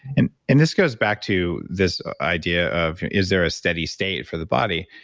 and and this goes back to this idea of, is there a steady state for the body?